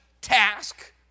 task